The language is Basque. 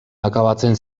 akabatzen